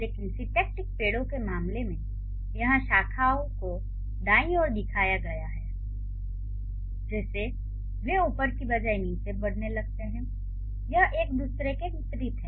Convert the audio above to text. लेकिन सिंटैक्टिक पेड़ों के मामले में यहां शाखाओं को दाईं ओर दिखाया गया है जैसे वे ऊपर की बजाय नीचे बढ़ने लगते हैं यह एक दूसरे के विपरीत है